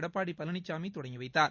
எடப்பாடி பழனிசாமி தொடங்கி வைத்தார்